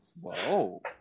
Whoa